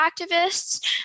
activists